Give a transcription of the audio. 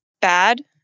bad